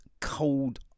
Cold